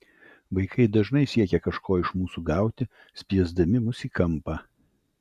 vaikai dažnai siekia kažko iš mūsų gauti spiesdami mus į kampą